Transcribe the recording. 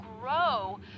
grow